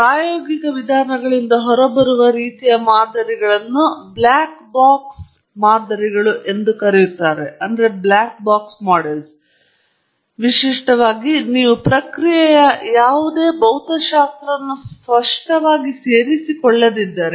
ಪ್ರಾಯೋಗಿಕ ವಿಧಾನಗಳಿಂದ ಹೊರಬರುವ ರೀತಿಯ ಮಾದರಿಗಳನ್ನು ಬ್ಲಾಕ್ ಬಾಕ್ಸ್ ಮಾದರಿಗಳು ಎಂದು ಕರೆಯುತ್ತಾರೆ ವಿಶಿಷ್ಟವಾಗಿ ನೀವು ಪ್ರಕ್ರಿಯೆಯ ಯಾವುದೇ ಭೌತಶಾಸ್ತ್ರವನ್ನು ಸ್ಪಷ್ಟವಾಗಿ ಸೇರಿಸಿಕೊಳ್ಳದಿದ್ದರೆ